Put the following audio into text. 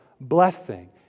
blessing